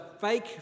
fake